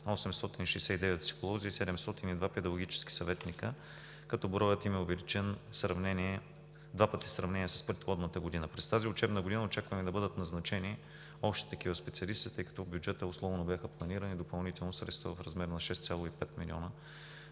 869 психолози и 702 педагогически съветници, като броят им е увеличен два пъти в сравнение с предходната година. През тази учебна година очакваме да бъдат назначени още такива специалисти, тъй като в бюджета условно бяха планирани средства в размер на 6,5 млн.